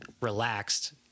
relaxed